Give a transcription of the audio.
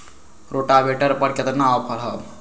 Rotavator पर केतना offer हव?